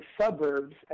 suburbs